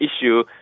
issue